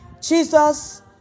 Jesus